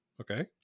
Okay